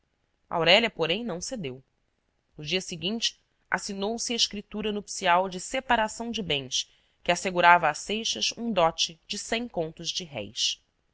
aurélia porém não cedeu no dia seguinte assinou se a escritura nupcial de separação de bens que assegurava a seixas um dote de cem contos de réis